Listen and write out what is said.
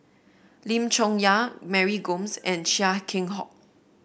Lim Chong Yah Mary Gomes and Chia Keng Hock